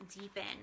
deepen